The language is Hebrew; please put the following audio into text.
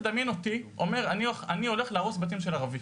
תדמיין אותי אומר: אני הולך הורס בתים של ערבים,